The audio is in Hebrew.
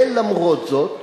ולמרות זאת,